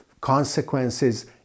consequences